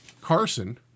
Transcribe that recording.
Carson